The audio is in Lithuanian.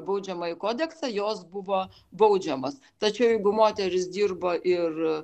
baudžiamąjį kodeksą jos buvo baudžiamos tačiau jeigu moteris dirbo ir